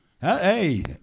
Hey